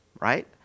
right